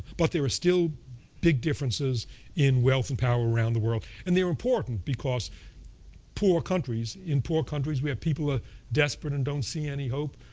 but there are still big differences in wealth and power around the world. and they are important, because poor countries, in poor countries we have who are desperate and don't see any hope.